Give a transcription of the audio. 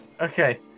Okay